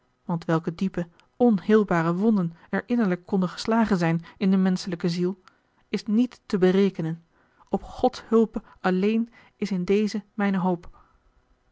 want welke diepe onheelbare wonden er innerlijk konnen geslagen zijn in die menschelijke ziel is niet te berekenen op gods hulpe alleen is in dezen mijne hoop